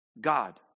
God